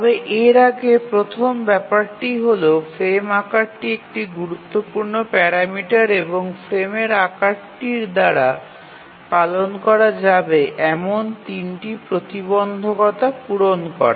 তবে এর আগে প্রথম ব্যাপারটি হল ফ্রেম আকারটি একটি গুরুত্বপূর্ণ প্যারামিটার এবং ফ্রেমের আকারটির দ্বারা পালন করা যাবে এমন তিনটি প্রতিবন্ধকতা পূরণ করা